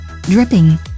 Dripping